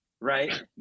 right